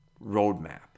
roadmap